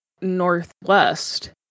northwest